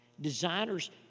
designers